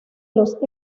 los